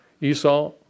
Esau